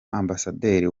ambassador